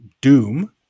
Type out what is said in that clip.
Doom